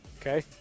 Okay